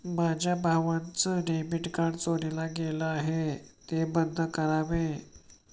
माझ्या भावाचं debit card चोरीला गेलं आहे, ते बंद करावे